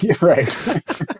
Right